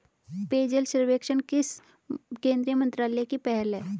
पेयजल सर्वेक्षण किस केंद्रीय मंत्रालय की पहल है?